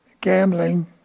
gambling